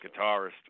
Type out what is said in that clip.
guitarist